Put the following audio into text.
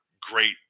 great